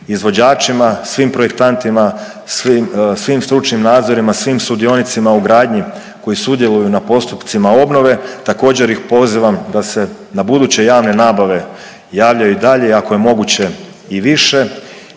izvođačima, svim projektantima, svim stručnim nadzorima, svim sudionicima u gradnji koji sudjeluju na postupcima obnove. Također ih pozivam da se na buduće javne nabave javljaju i dalje i ako je moguće i više